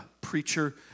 preacher